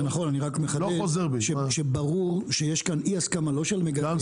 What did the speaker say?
זה נכון אני רק מחדד שברור שיש כאן אי הסכמה לא של מגדל,